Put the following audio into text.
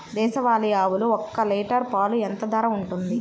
దేశవాలి ఆవులు ఒక్క లీటర్ పాలు ఎంత ధర ఉంటుంది?